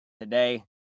today